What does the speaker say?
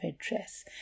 address